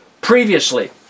previously